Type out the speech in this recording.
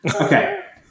Okay